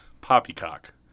poppycock